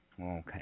Okay